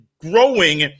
growing